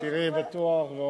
תראי בטוח.